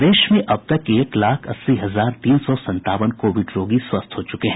प्रदेश में अब तक एक लाख अस्सी हजार तीन सौ संतावन कोविड रोगी स्वस्थ हो चुके हैं